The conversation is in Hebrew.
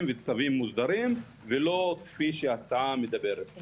ובצווים מוסדרים ולא כפי שההצעה מדברת.